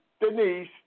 Denise